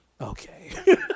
okay